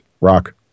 rock